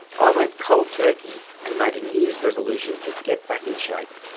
i went cold turkey and made a new years resolution to get back in shape.